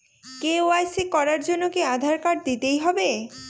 KYC করার জন্য কি আধার কার্ড দিতেই হবে?